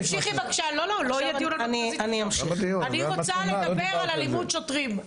אני רוצה לדבר על אלימות שוטרים.